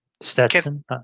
Stetson